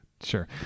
Sure